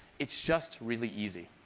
it's just really easy.